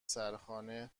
سرخانه